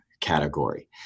category